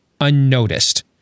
unnoticed